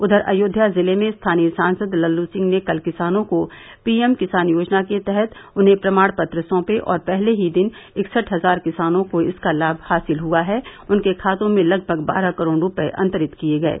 उधर अयोध्या ज़िले में स्थानीय सांसद लल्लू सिंह ने कल किसानों को पीएम किसान योजना के तहत उन्हें प्रमाण पत्र सौंपे और पहले ही दिन इकसठ हज़ार किसानों को इसका लाभ हासिल हुआ है उनके खातों में लगभग बारह करोड़ रूपये अंतरित किये गये